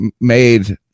made